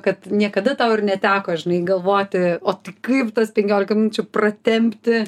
kad niekada tau ir neteko žinai galvoti o tai kaip tas penkiolika minučių pratempti